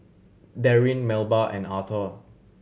Derwin Melba and Authur